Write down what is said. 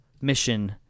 mission